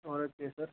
होर केसर